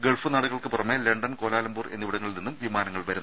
Gulf നാടുകൾക്ക് പുറമെ London Kuala Lumpur എന്നിവിടങ്ങളിൽ നിന്നും വിമാനങ്ങൾ വരുന്നുണ്ട്